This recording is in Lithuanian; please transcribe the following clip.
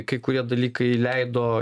kai kurie dalykai leido